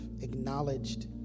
acknowledged